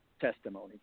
testimony